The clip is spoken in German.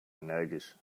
energisch